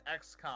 XCOM